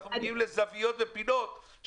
שאנחנו מגיעים לזוויות ופינות.